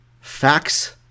Facts